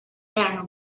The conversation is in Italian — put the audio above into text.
erano